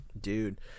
dude